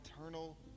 eternal